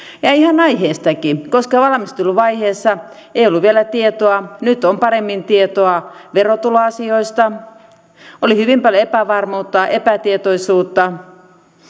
ja ihan aiheestakin koska valmisteluvaiheessa ei ollut vielä tietoa nyt on paremmin tietoa verotuloasioista oli hyvin paljon epävarmuutta epätietoisuutta